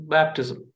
Baptism